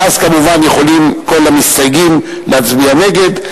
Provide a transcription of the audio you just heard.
ואז כמובן יכולים כל המסתייגים להצביע נגד.